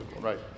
Right